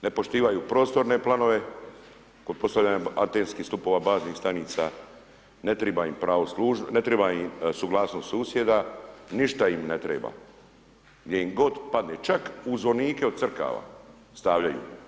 Ne poštivaju prostorne planove, kod postavljenje atenskih stupova, baznih stanica, ne trebam pravo služiti, ne treba im suglasnost susjeda, ništa im ne treba, gdje im god padne, čak u zvonike od crkava stavljaju.